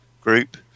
group